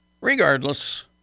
Regardless